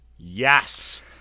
Yes